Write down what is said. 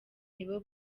nibo